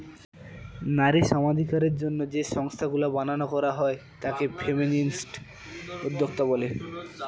নারী সমানাধিকারের জন্য যে সংস্থাগুলা বানানো করা হয় তাকে ফেমিনিস্ট উদ্যোক্তা বলে